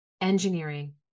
engineering